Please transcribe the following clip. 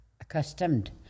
accustomed